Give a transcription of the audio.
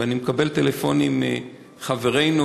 ואני מקבל טלפונים מחברינו,